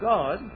God